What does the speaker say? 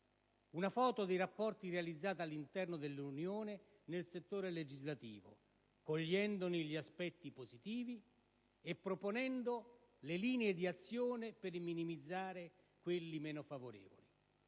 una foto dei rapporti realizzati all'interno dell'Unione nel settore legislativo, cogliendone gli aspetti positivi e proponendo le linee di azione per minimizzare quelli meno favorevoli.